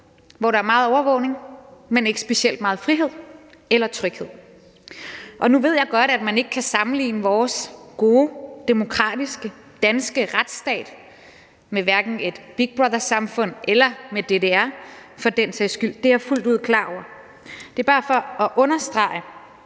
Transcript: hvor der er meget overvågning, men ikke specielt meget frihed eller tryghed. Nu ved jeg godt, at man ikke kan sammenligne vores gode, demokratiske, danske retsstat med hverken et Big Brother-samfund eller med DDR for den sags skyld – det er jeg fuldt ud klar over. Det er bare for at understrege,